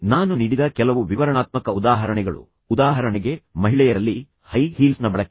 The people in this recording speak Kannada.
ನಾನು ನೀಡಿದ ಕೆಲವು ವಿವರಣಾತ್ಮಕ ಉದಾಹರಣೆಗಳು ಉದಾಹರಣೆಗೆ ಮಹಿಳೆಯರಲ್ಲಿ ಹೈ ಹೀಲ್ಸ್ನ ಬಳಕೆ